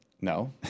No